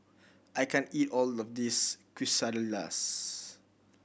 I can't eat all of this Quesadillas